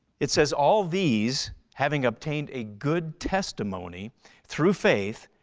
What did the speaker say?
it says all these, having obtained a good testimony through faith,